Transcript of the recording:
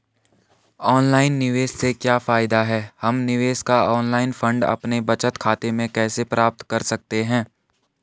Online निवेश से क्या फायदा है हम निवेश का ऑनलाइन फंड अपने बचत खाते में कैसे प्राप्त कर सकते हैं?